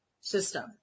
system